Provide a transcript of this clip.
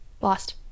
lost